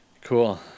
Cool